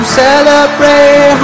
celebrate